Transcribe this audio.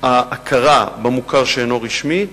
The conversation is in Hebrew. ההכרה במוכר שאינו רשמי,